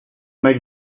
make